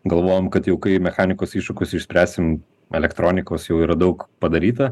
galvojome kad jau kai mechanikos iššūkius išspręsim elektronikos jau yra daug padaryta